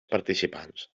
participants